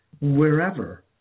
wherever